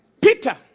Peter